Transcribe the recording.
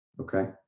okay